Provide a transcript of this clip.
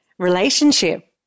Relationship